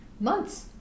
months